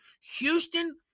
Houston